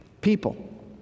people